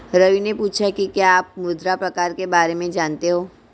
रवि ने पूछा कि क्या आप मृदा प्रकार के बारे में जानते है?